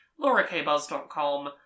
laurakbuzz.com